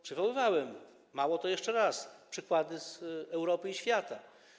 Przywoływałem - mało, to jeszcze raz - przykłady z Europy i świata.